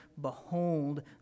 behold